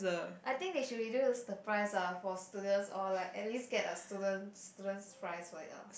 I think they should reduce the price ah for students or like at least get a student student price for it ah